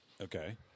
Okay